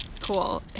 cool